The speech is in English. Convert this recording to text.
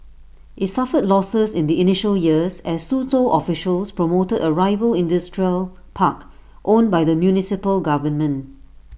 IT suffered losses in the initial years as Suzhou officials promoted A rival industrial park owned by the municipal government